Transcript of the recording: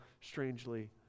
strangely